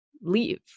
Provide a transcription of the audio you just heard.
leave